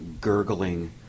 gurgling